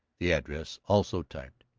the address, also typed,